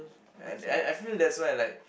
I I feel that's why like